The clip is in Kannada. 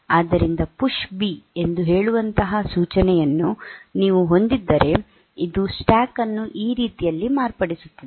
ಆದ್ದರಿಂದ ಪುಶ್ ಬಿ ಎಂದು ಹೇಳುವಂತಹ ಸೂಚನೆಯನ್ನು ನೀವು ಹೊಂದಿದ್ದರೆ ಇದು ಸ್ಟ್ಯಾಕ್ ಅನ್ನು ಈ ರೀತಿಯಲ್ಲಿ ಮಾರ್ಪಡಿಸುತ್ತದೆ